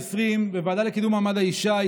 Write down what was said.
2020 התקיים דיון בוועדה לקידום מעמד האישה על